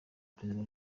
prezida